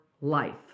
life